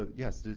ah yes,